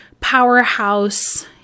powerhouse